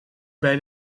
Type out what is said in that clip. bij